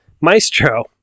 Maestro